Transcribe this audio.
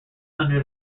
under